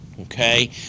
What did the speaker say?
Okay